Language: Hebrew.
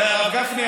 הרב גפני,